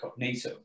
Cognito